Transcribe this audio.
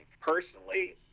Personally